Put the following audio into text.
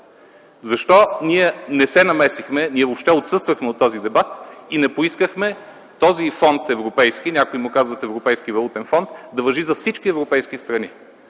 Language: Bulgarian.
Защо ние не се намесихме?! Ние въобще отсъствахме от този дебат и не поискахме този европейски фонд (някои му казват Европейски валутен фонд) да важи за всички европейски страни.